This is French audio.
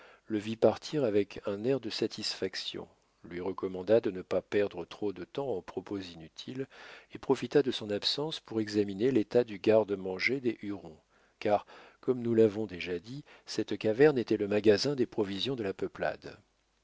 le vit partir avec un air de satisfaction lui recommanda de ne pas perdre trop de temps en propos inutiles et profita de son absence pour examiner l'état du garde-manger des hurons car comme nous l'avons déjà dit cette caverne était le magasin des provisions de la peuplade